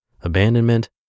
abandonment